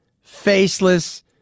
faceless